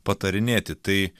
patarinėti tai